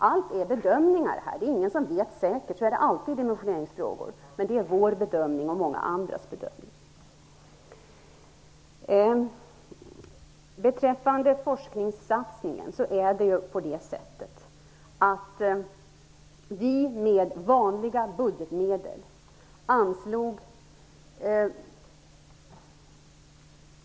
I dimensioneringsfrågor är det alltid fråga om bedömningar, eftersom ingen vet säkert. Men detta är vår och många andras bedömning.